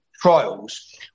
trials